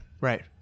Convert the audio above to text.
Right